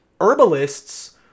herbalists